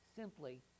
simply